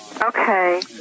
Okay